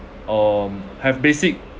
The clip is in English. um have basic